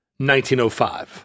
1905